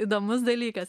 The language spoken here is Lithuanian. įdomus dalykas